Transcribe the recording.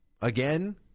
Again